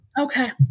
Okay